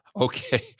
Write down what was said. Okay